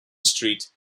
street